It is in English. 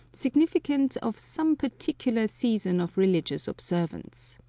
significant of some particular season of religious observance.